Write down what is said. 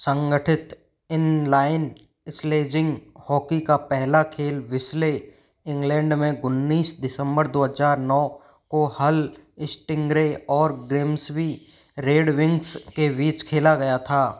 संगठित inline sledging hockey का पहला खेल बिस्ले इंग्लैंड में उन्नीस दिसंबर दो हज़ार नौ को हल स्टिंगरे और ग्रिम्सबी रेडविंग्स के बीच खेला गया था